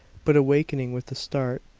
but awakening with a start,